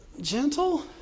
gentle